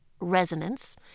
resonance